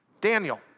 Daniel